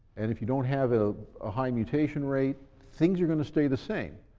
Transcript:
and if you don't have a ah high mutation rate, things are going to stay the same.